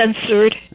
censored